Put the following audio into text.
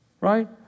right